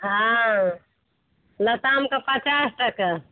हँ लतामके पचास टके